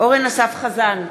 אורן אסף חזן,